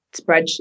spreadsheet